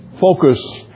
focus